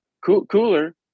Cooler